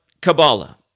Kabbalah